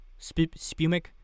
Spumic